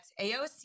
AOC